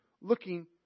looking